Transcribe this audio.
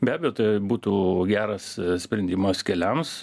be abejo tai būtų geras sprendimas keliams